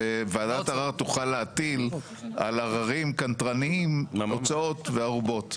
שוועדת ערר תוכל להטיל על עררים קנטרניים הוצאות וערובות.